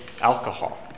alcohol